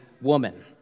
woman